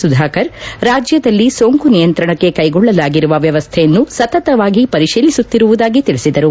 ಸುಧಾಕರ್ ರಾಜ್ಯದಲ್ಲಿ ಸೋಂಕು ನಿಯಂತ್ರಣಕ್ಕೆ ಕೈಗೊಳ್ಳಲಾಗಿರುವ ವ್ಯವಸ್ಥೆಯನ್ನು ಸತತವಾಗಿ ಪರಿಶೀಲಿಸುತ್ತಿರುವುದಾಗಿ ತಿಳಿಸಿದರು